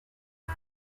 ses